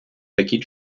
такі